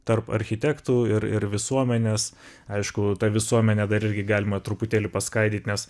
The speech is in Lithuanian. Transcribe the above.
tarp architektų ir ir visuomenės aišku tą visuomenę dar irgi galima truputėlį paskaidyt nes